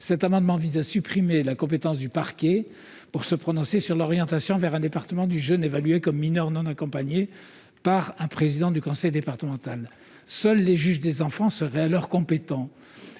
Cet amendement vise donc à supprimer la compétence du parquet pour se prononcer sur l'orientation vers un département du jeune évalué comme MNA par un président de conseil départemental. Seuls les juges des enfants seraient alors compétents.